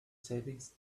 savings